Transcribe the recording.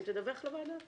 תדווח לוועדה.